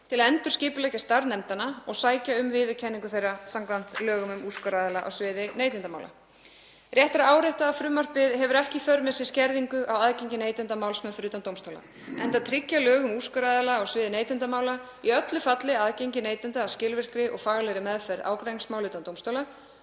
til að endurskipuleggja starf nefndanna og sækja um viðurkenningu þeirra samkvæmt lögum um úrskurðaraðila á sviði neytendamála. Rétt er að árétta að frumvarpið hefur ekki í för með sér skerðingu á aðgengi neytenda að málsmeðferð utan dómstóla, enda tryggja lög um úrskurðaraðila á sviði neytendamála í öllu falli aðgengi neytenda að skilvirkri og faglegri meðferð ágreiningsmála utan dómstóla.